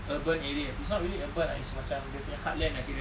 urban area it's not really urban ah it's macam dia punya heartland ah kira